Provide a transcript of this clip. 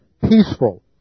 peaceful